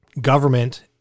government